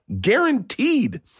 Guaranteed